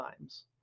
times